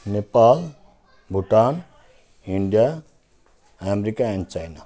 Nepal Bhutan India America and China